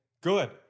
good